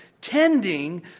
tending